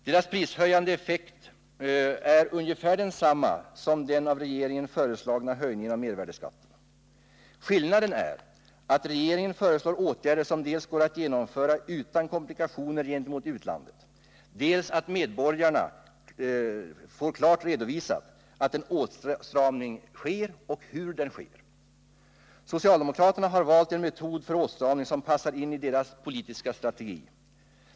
Deras prishöjande effekt är ungefär densamma som utfallet av den av regeringen föreslagna höjningen av mervärdeskatten. Skillnaden är att regeringen föreslår åtgärder som dels går att genomföra utan komplikationer gentemot utlandet, dels för medborgarna klart redovisar att en åtstramning sker och hur den sker. Socialdemokraterna har valt en metod för åtstramning som passar in i deras politiska strategi.